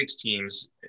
teams